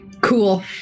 Cool